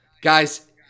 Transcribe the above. Guys